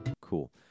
Cool